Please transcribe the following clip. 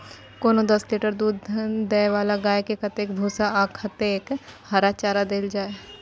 कोनो दस लीटर दूध दै वाला गाय के कतेक भूसा आ कतेक हरा चारा देल जाय?